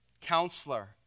Counselor